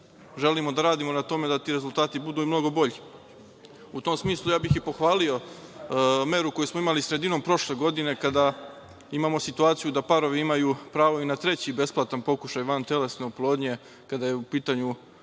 želimo da radimo na tome da ti rezultati budu i mnogo bolji.U tom smislu, pohvalio bih meru koju smo imali sredinom prošle godine, kada imamo situaciju da parovi imaju pravo i na treći besplatan pokušaj vantelesne oplodnje, kada je u pitanju